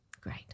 Great